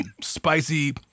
spicy